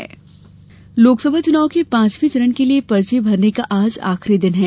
नामांकन लोकसभा चुनाव के पांचवे चरण के लिए पर्चे भरने का आज आखिरी दिन है